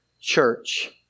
church